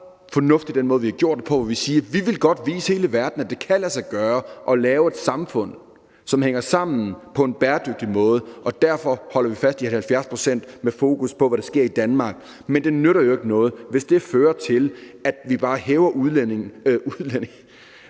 Jeg synes, at den måde, vi har gjort det på, er meget fornuftig, hvor vi siger, at vi godt vil vise hele verden, at det kan lade sig gøre at lave et samfund, som hænger sammen på en bæredygtig måde, og derfor holder vi fast i 70 pct. med fokus på, hvad der sker i Danmark, men det nytter jo ikke noget, hvis det fører til, at vi bare hæver udledningerne